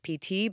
PT